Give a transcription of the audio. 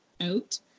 out